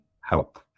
help